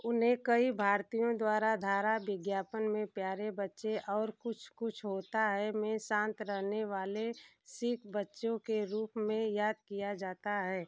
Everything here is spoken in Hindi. उन्हें कई भारतीयों द्वारा धारा विज्ञापन में प्यारे बच्चे और कुछ कुछ होता है में शांत रहने वाले सिख बच्चे के रूप में याद किया जाता है